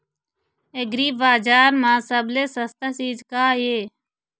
एग्रीबजार म सबले सस्ता चीज का ये?